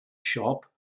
shop